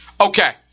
Okay